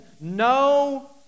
No